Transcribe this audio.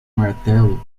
martelo